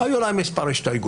היו להם מספר הסתייגויות,